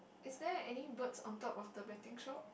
is there any birds on top of the betting shop